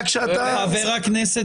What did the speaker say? ברשותך, חבר הכנסת